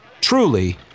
truly